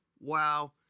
Wow